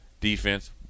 defense